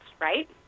right